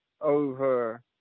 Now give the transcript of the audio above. over